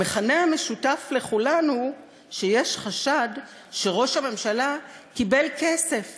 המכנה המשותף לכולן הוא שיש חשד שראש הממשלה קיבל כסף